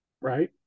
right